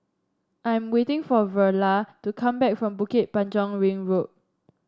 I am waiting for Verla to come back from Bukit Panjang Ring Road